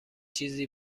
چیزی